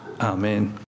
Amen